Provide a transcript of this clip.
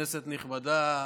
כנסת נכבדה,